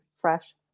fresh